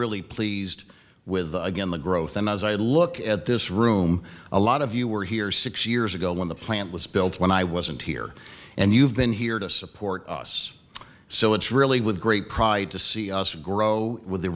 really pleased with again the growth and as i look at this room a lot of you were here six years ago when the plant was built when i wasn't here and you've been here to support us so it's really with great pride to see us grow with